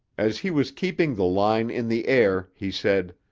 as he was keeping the line in the air, he said,